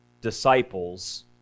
disciples